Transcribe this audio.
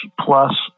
plus